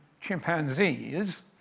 chimpanzees